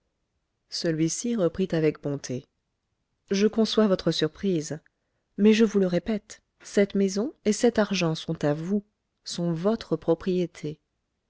celui-ci reprit avec bonté je conçois votre surprise mais je vous le répète cette maison et cet argent sont à vous sont votre propriété